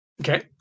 okay